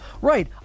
right